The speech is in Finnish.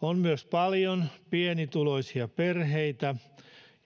on myös paljon pienituloisia perheitä